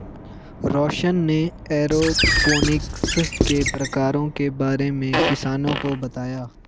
रौशन ने एरोपोनिक्स के प्रकारों के बारे में किसानों को बताया